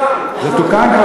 זה תוקן.